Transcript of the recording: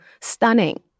stunning